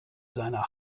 seiner